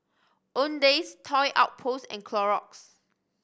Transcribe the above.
Owndays Toy Outpost and Clorox